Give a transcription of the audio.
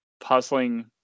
puzzling